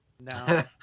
no